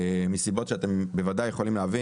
מסיבות שאתם בוודאי יכולים להבין,